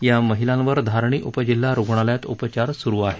या महिलांवर धारणी उप जिल्हा रुग्णालयात उपचार सुरू आहेत